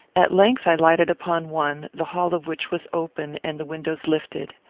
at length i lighted upon one, the hall of which was open and the windows lifted.